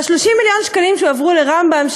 30 מיליון השקלים שהועברו לרמב"ם,